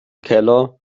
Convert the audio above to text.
keller